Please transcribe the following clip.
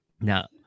Now